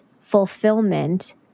fulfillment